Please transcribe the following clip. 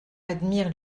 admire